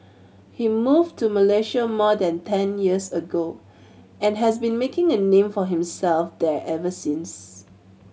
he moved to Malaysia more than ten years ago and has been making a name for himself there ever since